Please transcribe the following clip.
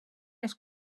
les